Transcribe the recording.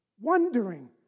Wondering